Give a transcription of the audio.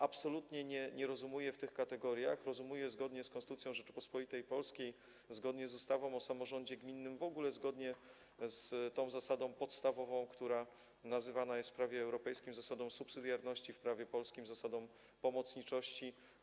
Absolutnie nie rozumuję w tych kategoriach, rozumuję zgodnie z Konstytucją Rzeczypospolitej Polskiej, zgodnie z ustawą o samorządzie gminnym, w ogóle zgodnie z zasadą podstawową, która nazywana jest w prawie europejskim zasadą subsydiarności, a w prawie polskim - zasadą pomocniczości.